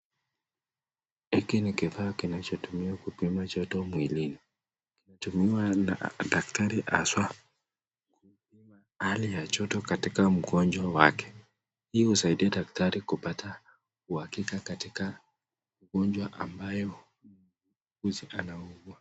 Hiki ni kifaa kinachotumiwa kupima joto mwilini. Hutumiwa na daktari haswa, hali ya joto katika mgonjwa wake. Hii husaidia daktari kupata uhakika katika ugonjwa ambao anaugua.